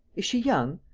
is she young?